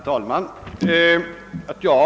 Herr talman!